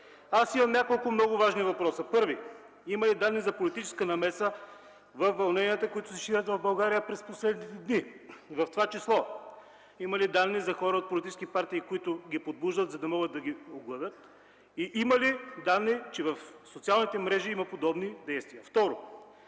Аз имам няколко много важни въпроса: Първо, има ли данни за политическа намеса във вълненията, които се ширят в България през последните дни? В това число, има ли данни за хора от политически партии, които ги подбуждат, за да могат да ги оглавят и има ли данни, че в социалните мрежи има подобни действия? Второ,